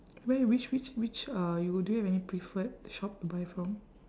where which which which uh you do you have any preferred shop to buy from